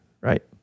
right